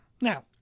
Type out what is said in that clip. Now